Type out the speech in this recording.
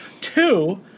Two